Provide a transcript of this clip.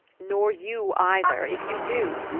nor you either if you do.